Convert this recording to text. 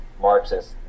Marxist